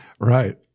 Right